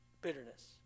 bitterness